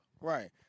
Right